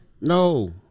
No